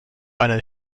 eine